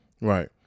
right